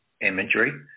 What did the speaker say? imagery